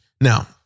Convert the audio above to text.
Now